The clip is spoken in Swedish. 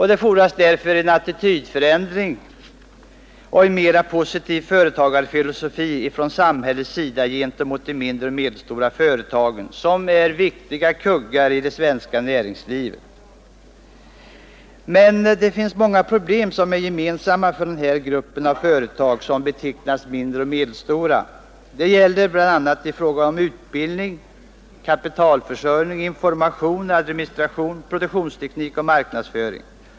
Det fordras därför en attitydförändring och en mera positiv företagarfilosofi från samhället gentemot de mindre och medelstora företagen, som är viktiga kuggar i det svenska näringslivet. Men det finns många problem som är gemensamma för denna stora grupp företag som betecknas som mindre och medelstora. Det gäller bl.a. i fråga om utbildning, information, kapitalförsörjning, administration, produktionsteknik och marknadsföring.